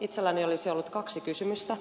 itselläni olisi ollut kaksi kysymystä